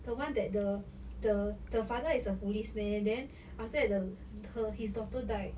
the one that the the the father is a policeman then after that the her his daughter died